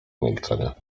milczenie